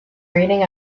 reading